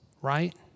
right